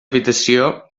habitació